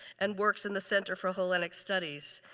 and works in the center for hellenic studies.